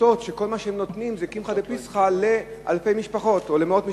עמותות שכל מה שהן נותנות זה קמחא דפסחא לאלפי או מאות משפחות?